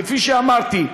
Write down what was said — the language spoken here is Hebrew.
כפי שאמרתי,